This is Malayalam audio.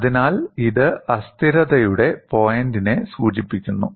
അതിനാൽ ഇത് അസ്ഥിരതയുടെ പോയിന്റിനെ സൂചിപ്പിക്കുന്നു